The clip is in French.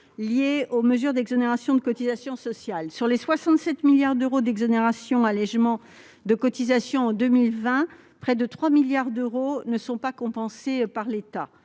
de mesures d'exonération de cotisations sociales. Sur les 67 milliards d'euros d'exonérations et d'allégements de cotisations sociales consentis en 2020, près de 3 milliards d'euros ne sont pas compensés par l'État.